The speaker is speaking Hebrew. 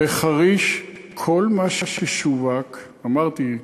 בחריש כל מה ששווק, אמרתי,